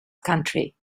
country